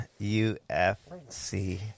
UFC